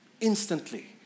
instantly